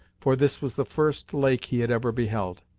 for this was the first lake he had ever beheld.